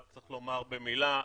צריך לומר במילה,